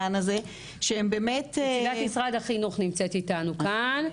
שהם באמת --- נציגת משרד החינוך נמצאת איתנו כאן,